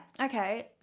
okay